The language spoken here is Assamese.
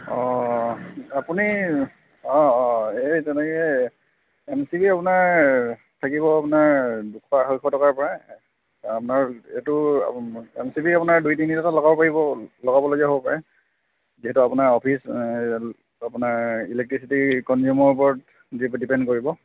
অঁ অঁ আপুনি অঁ অঁ এই তেনেকৈ এম চি বি আপোনাৰ থাকিব আপোনাৰ দুশ আঢ়ৈশ টকাৰপৰা আপোনাৰ এইটো এম চি বি আপোনাৰ দুই তিনি জেগাত লগাব পাৰিব লগাবলগীয়া হ'ব পাৰে যিহেতু আপোনাৰ অফিচ আপোনাৰ ইলেক্ট্ৰিচিটি কনজিউমৰ ওপৰত ডিপেণ্ড কৰিব